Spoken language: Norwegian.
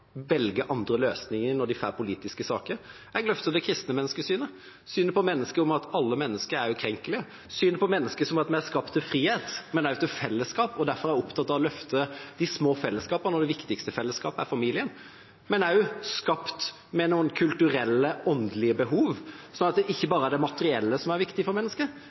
andre løsninger når de får politiske saker. Jeg løfter det kristne menneskesynet: synet på mennesket om at alle mennesker er ukrenkelige, synet på mennesket om at vi er skapt til frihet, men også til fellesskap. Derfor er jeg opptatt av å løfte de små fellesskapene, og det viktigste fellesskapet er familien. Men vi er også skapt med noen kulturelle, åndelige behov, slik at det ikke bare er det materielle som er viktig for